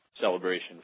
celebration